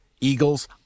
Eagles